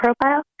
profile